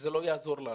וזה לא יעזור לנו.